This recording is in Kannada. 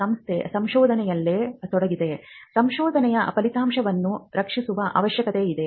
ಸಂಸ್ಥೆ ಸಂಶೋಧನೆಯಲ್ಲಿ ತೊಡಗಿದ್ದರೆ ಸಂಶೋಧನೆಯ ಫಲಿತಾಂಶಗಳನ್ನು ರಕ್ಷಿಸುವ ಅವಶ್ಯಕತೆಯಿದೆ